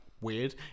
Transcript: weird